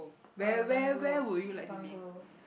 uh bungalow bungalow